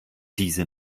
diese